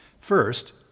First